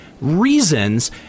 reasons